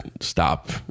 stop